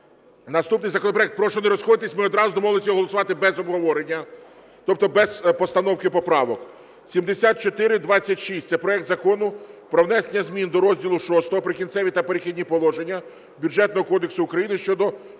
Наступний законопроект… Прошу не розходитися, ми одразу домовилися його голосувати без обговорення, тобто без постановки поправок. 7426 – це проект Закону про внесення змін до розділу VI "Прикінцеві та перехідні положення" Бюджетного кодексу України щодо